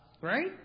Right